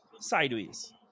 sideways